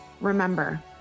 Remember